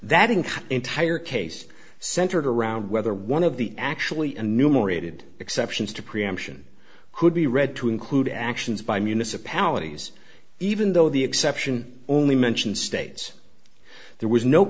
that in entire case centered around whether one of the actually a numerated exceptions to preemption could be read to include actions by municipalities even though the exception only mentions states there was no